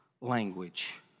language